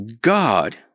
God